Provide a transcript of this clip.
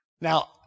Now